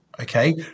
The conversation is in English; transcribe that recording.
Okay